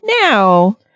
now